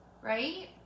right